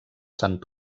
sant